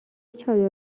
چادر